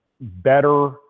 better